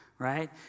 Right